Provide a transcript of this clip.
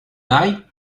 night